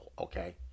okay